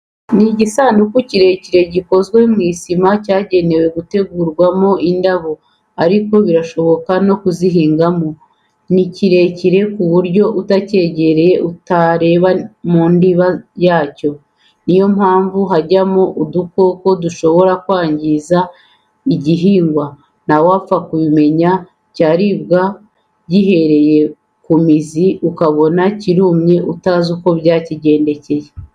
Igisanduku kirekire gikozwe mu isima cyagenewe gutegurwamo indabo, ariko birashoboka no kuzihingamo; ni kirekire ku buryo utakegereye neza utareba mu ndiba yacyo, n'iyo hajyamo udukoko dushobora kwangiza igihingwa ntawapfa kubimenya, cyaribwa gihereye ku mizi, ukabona kirumye, utazi uko byakigendekeye.